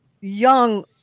young